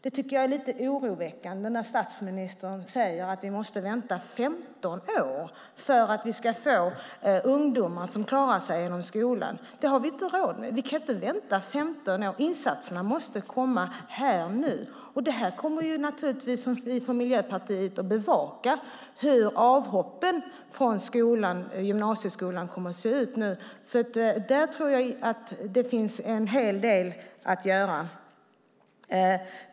Jag tycker att det är lite oroväckande när statsministern säger att vi måste vänta 15 år på att ungdomarna klarar sig genom skolan. Det har vi inte råd med. Vi kan inte vänta 15 år. Insatserna måste komma här och nu. Vi kommer naturligtvis från Miljöpartiet att bevaka hur avhoppen från gymnasieskolan ser ut. Där tror jag att det finns en hel del att göra.